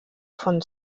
von